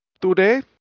today